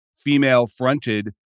female-fronted